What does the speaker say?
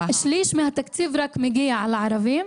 רק שליש מהתקציב מגיע לערבים,